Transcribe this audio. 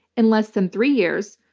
in less than three years,